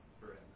forever